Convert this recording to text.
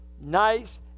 nice